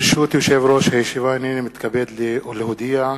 ברשות יושב-ראש הישיבה, הנני מתכבד להודיע,